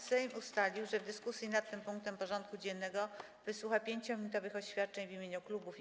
Sejm ustalił, że w dyskusji nad tym punktem porządku dziennego wysłucha 5-minutowych oświadczeń w imieniu klubów i koła.